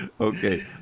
Okay